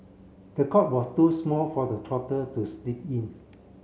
the cot was too small for the toddler to sleep in